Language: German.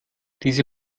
diese